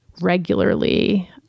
regularly